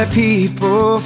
people